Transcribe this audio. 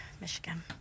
Michigan